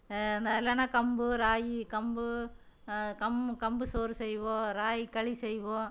ந இல்லைன்னா கம்பு ராகி கம்பு கம் கம்பு சோறு செய்வோம் ராகி களி செய்வோம்